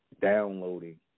downloading